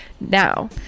now